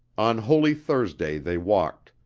on holy thursday they walked,